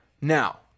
Now